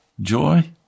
Joy